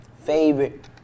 Favorite